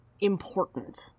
important